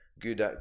good